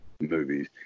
movies